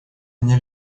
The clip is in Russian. мне